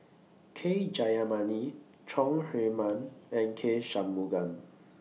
K Jayamani Chong Herman and K Shanmugam